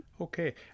okay